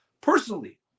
personally